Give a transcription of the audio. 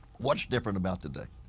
what is different about today?